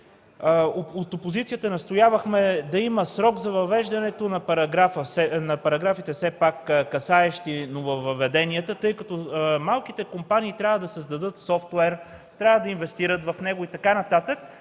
от опозицията настоявахме да има срок за въвеждането на параграфите, касаещи нововъведенията, тъй като малките компании трябва да създадат софтуер, трябва да инвестират в него и така нататък.